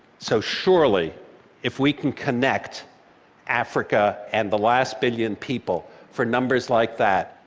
so surely if we can connect africa and the last billion people for numbers like that,